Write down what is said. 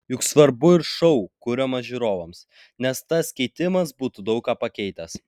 juk svarbu ir šou kuriamas žiūrovams nes tas keitimas būtų daug ką pakeitęs